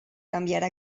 canviarà